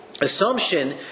Assumption